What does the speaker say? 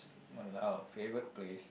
!walao! favourite place